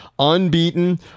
unbeaten